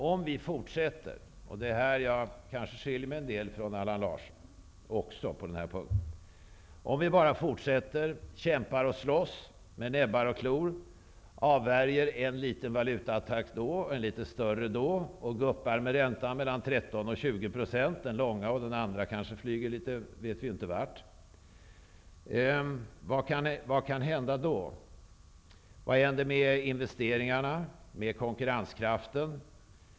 På den punkten skiljer jag mig en del från Allan Larsson. Om vi bara fortsätter att kämpa och slåss med näbbar och klor, avvärjer en liten eller en litet större valutaattack då och då samt guppar med räntan mellan 13 och 20 %, dvs. den långa räntan -- den korta räntan kan ju flyga i väg vart som helst -- vad kan hända då? Vad händer med investeringarna och konkurrenskraften?